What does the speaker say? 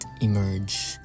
emerge